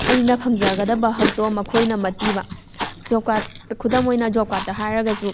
ꯑꯩꯅ ꯐꯪꯖꯒꯗꯕ ꯍꯛꯇꯣ ꯃꯈꯣꯏꯅ ꯃꯠꯄꯤꯕ ꯖꯣꯕ ꯀꯥꯔꯠ ꯈꯨꯗꯝ ꯑꯣꯏꯅ ꯖꯣꯕ ꯀꯥꯔꯠꯇ ꯍꯥꯏꯔꯒꯁꯨ